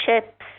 chips